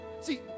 See